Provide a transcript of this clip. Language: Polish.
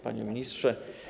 Panie Ministrze!